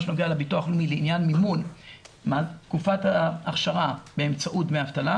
שנוגע לביטוח לעניין מימון תקופת ההכשרה באמצעות דמי אבטלה,